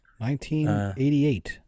1988